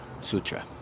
sutra